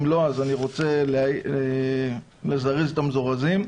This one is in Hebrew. אם לא, אז אני רוצה לזרז את המזורזים,